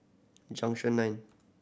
Junction Nine